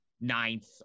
ninth